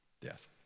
death